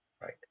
right